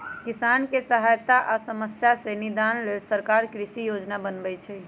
किसानके सहायता आ समस्या से निदान लेल सरकार कृषि योजना बनय छइ